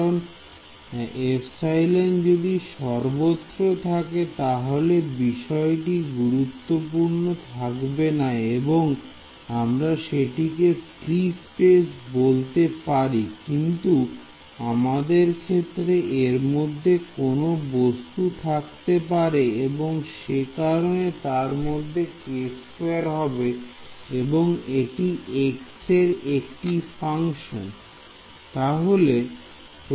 কারণ ε যদি সর্বত্র থাকে তাহলে বিষয়টি গুরুত্বপূর্ণ থাকবে না এবং আমরা সেটাকে ফ্রি স্পেস বলতে পারি কিন্তু আমাদের ক্ষেত্রে এরমধ্যে কোন বস্তু থাকতে পারে এবং সে কারণে তার মধ্যে হবে এবং এটি x এর একটি ফাংশন